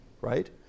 right